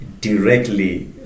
directly